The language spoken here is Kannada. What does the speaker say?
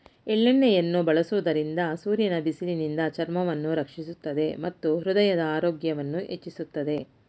ಎಳ್ಳೆಣ್ಣೆಯನ್ನು ಬಳಸುವುದರಿಂದ ಸೂರ್ಯನ ಬಿಸಿಲಿನಿಂದ ಚರ್ಮವನ್ನು ರಕ್ಷಿಸುತ್ತದೆ ಮತ್ತು ಹೃದಯದ ಆರೋಗ್ಯವನ್ನು ಹೆಚ್ಚಿಸುತ್ತದೆ